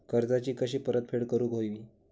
कर्जाची कशी परतफेड करूक हवी?